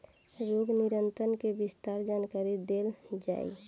रोग नियंत्रण के विस्तार जानकरी देल जाई?